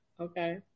Okay